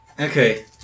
Okay